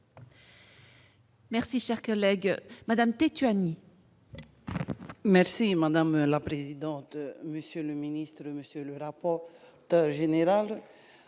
Merci, cher collègue Madame Tétu Annie. Merci madame la présidente, monsieur le ministre, monsieur le rapport général